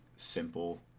simple